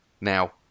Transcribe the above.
Now